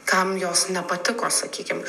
kam jos nepatiko sakykim